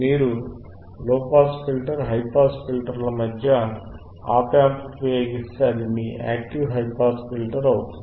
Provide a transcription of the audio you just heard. మీరు low pass filter high pass filter ల మధ్య ఆప్ ఆంప్ ఉపయోగిస్తే అది మీ యాక్టివ్ హై పాస్ ఫిల్టర్ అవుతుంది